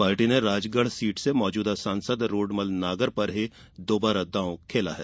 party ने Rajgarh seat से मौजूदा सांसद रोडमल नागर पर ही दोबारा दांव खेला है